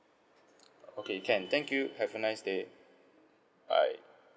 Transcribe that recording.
okay can thank you have a nice okay bye